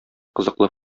кызыклы